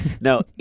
No